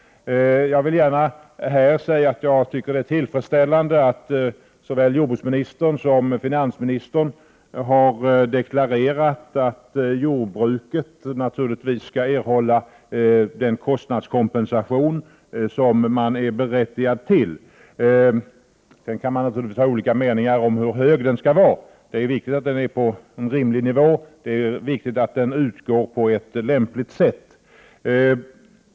Jag vill här gärna säga att jag tycker att det är tillfredsställande att såväl jordbruksministern som finansministern har deklarerat att jordbruket naturligtvis skall erhålla den kostnadskompensation som jordbruket är berättigat till. Sedan kan man självfallet ha olika meningar om omfattningen. Dessutom är det viktigt att kompensationen hålls på en rimlig nivå och sker på ett lämpligt sätt.